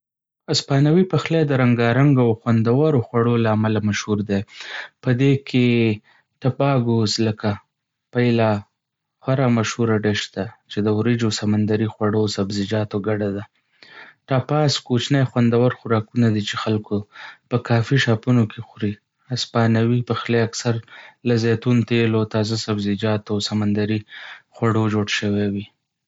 هسپانوي پخلی د رنګارنګ او خوندورو خوړو له امله مشهور دی. په دې کې ټپاګوس لکه پۍلا خورا مشهوره ډش ده، چې د وريجو، سمندري خوړو او سبزیجاتو ګډه ده. ټاپاس، کوچني خوندور خوراکونه دي چې خلکو په کافي شاپونو کې خوري. هسپانوي پخلی اکثر له زیتون تېلو، تازه سبزیجاتو، او سمندري خوړو جوړ شوی وي.